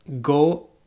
go